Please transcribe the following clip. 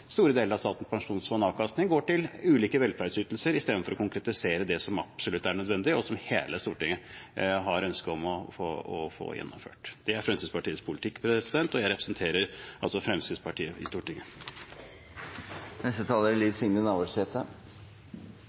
store deler av Statens pensjonsfonds avkastning går til ulike velferdsytelser istedenfor å konkretisere det som absolutt er nødvendig, og som hele Stortinget har ønske om å få gjennomført. Det er Fremskrittspartiets politikk, og jeg representerer Fremskrittspartiet i Stortinget. Det var eit forunderleg innlegg. Regjeringa har lagt fram langtidsplanen. Regjeringa styrer Noreg. Framstegspartiet er